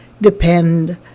depend